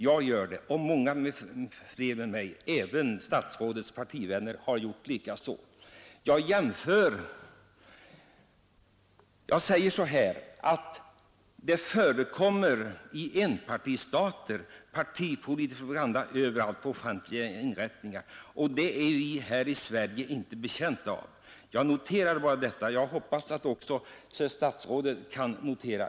Jag betraktar det som politisk propaganda, och det gör många med mig — även partivänner till statsrådet. I enpartistater förekommer det överallt på offentliga inrättningar partipolitisk propaganda. Något sådant är vi i Sverige inte betjänta av. Jag noterar bara detta, och det hoppas jag att även statsrådet vill göra.